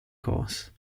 course